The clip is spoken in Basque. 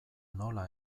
nola